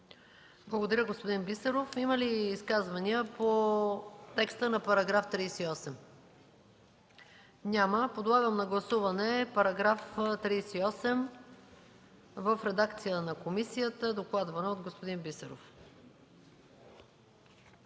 Благодаря, господин Бисеров. Има ли изказвания по текста на § 38? Няма. Подлагам на гласуване § 38 в редакция на комисията, докладвана от господин Бисеров.